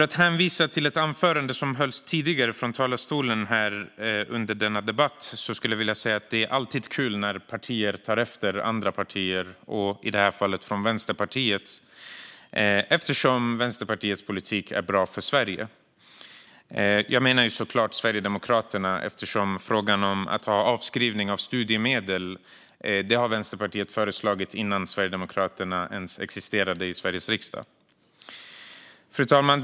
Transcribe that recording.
Låt mig ta upp ett anförande som hölls tidigare här i debatten. Det är alltid kul när partier tar efter andra partier, i detta fall Vänsterpartiet. Det är kul eftersom Vänsterpartiets politik är bra för Sverige. Jag menar såklart Sverigedemokraterna, eftersom frågan om avskrivning av studiemedel är något som Vänsterpartiet har haft som förslag redan innan Sverigedemokraterna ens existerade i Sveriges riksdag. Fru talman!